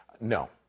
no